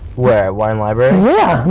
where? wine library? yeah.